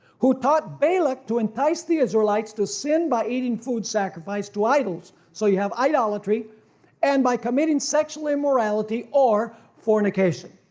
who taught balak to entice the israelites, to sin by eating food sacrificed to idols, so you have idolatry and by committing sexual immorality or fornication.